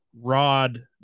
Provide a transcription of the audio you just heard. Rod